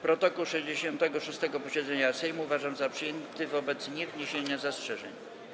Protokół 66. posiedzenia Sejmu uważam za przyjęty wobec niewniesienia zastrzeżeń.